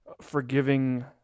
forgiving